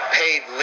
paid